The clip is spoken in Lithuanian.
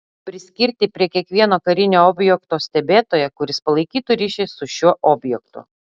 priskirti prie kiekvieno karinio objekto stebėtoją kuris palaikytų ryšį su šiuo objektu